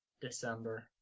December